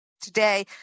Today